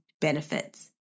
benefits